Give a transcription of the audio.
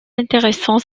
intéressant